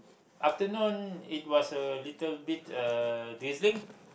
afternoon it was a little bit uh drizzling